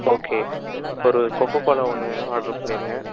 okay ஒரு Coca Cola ஒன்று order பண்ணிடுங்க